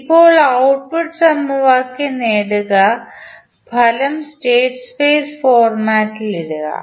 ഇപ്പോൾ ഔട്ട്പുട്ട് സമവാക്യം നേടുക ഫലം സ്റ്റേറ്റ് സ്പേസ് ഫോർമാറ്റിൽ ഇടുക